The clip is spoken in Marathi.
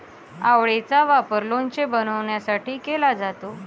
आवळेचा वापर लोणचे बनवण्यासाठी केला जातो